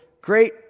great